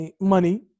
money